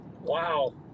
wow